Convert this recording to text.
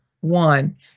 one